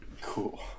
Cool